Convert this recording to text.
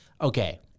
Okay